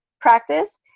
practice